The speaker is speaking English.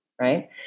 Right